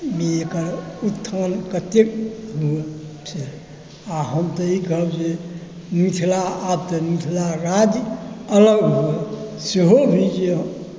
एकर उत्थान कतेक हुए आओर हम तऽ ई कहब जे मिथिला आब तऽ मिथिला राज्य अलग हुए सेहो भी जे हम